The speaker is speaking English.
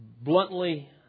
bluntly